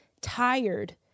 tired